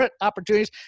opportunities